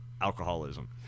alcoholism